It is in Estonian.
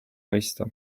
mõista